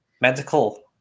medical